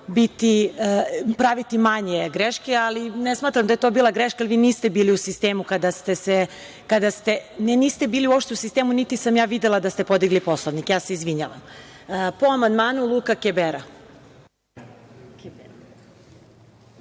praviti manje greške, ali ne smatram da je to bila greška, jer vi niste bili u sistemu kada ste… Ne, niste bili uopšte u sistemu, niti sam ja videla kada ste podigli Poslovnik, ja se izvinjavam. Reč ima narodni poslanik Luka Kebara,